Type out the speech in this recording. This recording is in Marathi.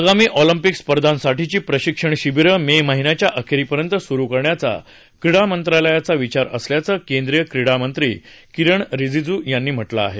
आगामी ऑलिम्पिक स्पर्धांसाठीची प्रशिक्षण शिबिरं मे महिन्याच्या अखेरीपर्यंत सुरू करण्याचा क्रीडा मंत्रालयाचा विचार असल्याचं केंद्रीय क्रीडा मंत्री किरण रिजिजू यांनी म्हटलं आहे